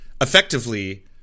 effectively